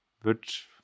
wird